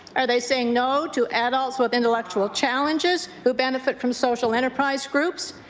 are they saying no to adults with intellectual challenges who benefit from social enterprise groups?